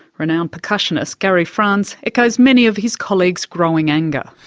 renowned percussionist, gary france, echoes many of his colleagues' growing anger.